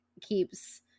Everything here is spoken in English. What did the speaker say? keeps